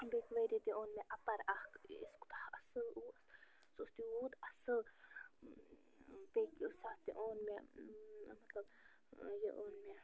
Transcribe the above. بیٚکہِ ؤری تہِ اوٚن مےٚ اپر اکھ اے سُہ کوٗتاہ اصٕل اوس سُہ اوس تیوٗت اصٕل بیٚکہِ سات تہِ اوٚن مےٚ مطلب یہِ اوٚن مےٚ